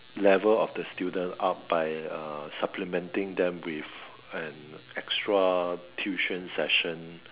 level of the student up by uh supplementing them with an extra tuition session